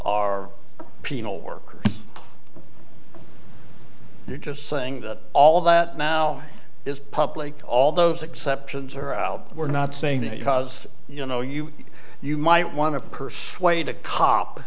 are penal work they're just saying that all that now is public all those exceptions are out we're not saying that because you know you you might want to persuade a cop